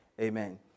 Amen